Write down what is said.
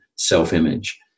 self-image